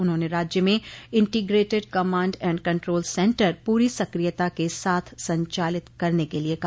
उन्होंने राज्य में integrated command and control centre पूरी सक्रियता के साथ संचालित करने के लिये कहा